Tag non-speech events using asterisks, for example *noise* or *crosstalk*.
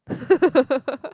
*laughs*